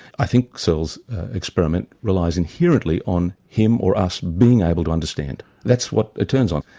i think searle's experiment relies inherently on him or us being able to understand that's what it turns on.